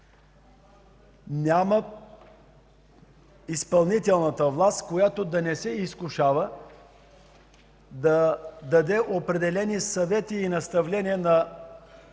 Няма изпълнителна власт, която да не се изкушава, да даде определени съвети и наставления на